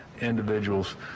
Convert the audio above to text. individuals